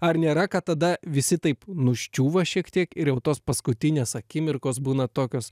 ar nėra kad tada visi taip nuščiūva šiek tiek ir jau tos paskutinės akimirkos būna tokios